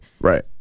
Right